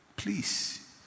please